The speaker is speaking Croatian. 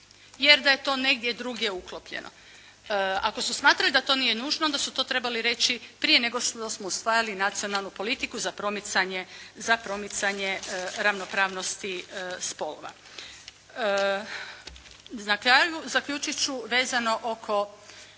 jer da je to negdje drugdje uklopljeno. Ako su smatrali da to nije nužno, onda su to trebali reći prije nego što smo usvajali Nacionalnu politiku za promicanje ravnopravnosti spolova. Na kraju, zaključit ću vezano oko